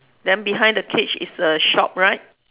then behind the cage is a shop right